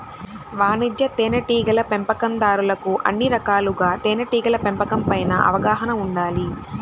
వాణిజ్య తేనెటీగల పెంపకందారులకు అన్ని రకాలుగా తేనెటీగల పెంపకం పైన అవగాహన ఉండాలి